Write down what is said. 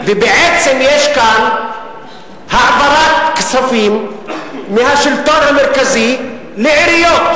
ובעצם יש כאן העברת כספים מהשלטון המרכזי לעיריות,